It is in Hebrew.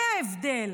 זה ההבדל